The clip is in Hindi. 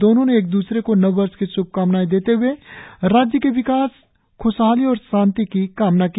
दोनो ने एक दूसरे को नववर्ष की श्भकामनाए देते हुए राज्य के विकास श्खहाली और शांति की कामना की